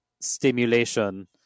stimulation